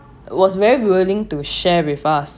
was very willing to share with us